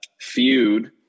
Feud